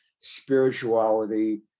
spirituality